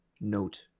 note